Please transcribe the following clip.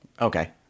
Okay